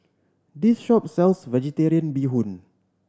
this shop sells Vegetarian Bee Hoon